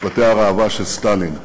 משפטי הראווה של סטלין.